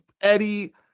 Eddie